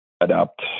adapt